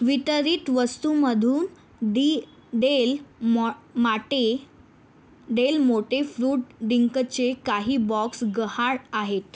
वितरित वस्तूमधून डी डेल मॉ माटे डेल मोटे फ्रुट डिंकचे काही बॉक्स गहाळ आहेत